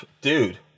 Dude